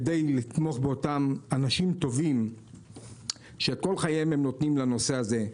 כדי לתמוך באותם אנשים טובים שאת כל חייהם נותנים לנושא הזה.